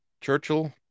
Churchill